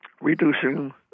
reducing